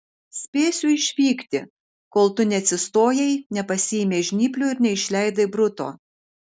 spėsiu išvykti kol tu neatsistojai nepasiėmei žnyplių ir neišleidai bruto